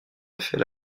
effet